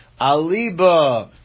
aliba